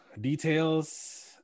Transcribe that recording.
details